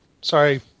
Sorry